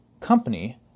company